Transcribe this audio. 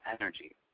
energy